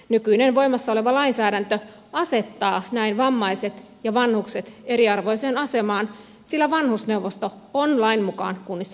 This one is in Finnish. nykyinen voimassa oleva lainsäädäntö asettaa näin vammaiset ja vanhukset eriarvoiseen asemaan sillä vanhusneuvosto on lain mukaan kunnissa pakollinen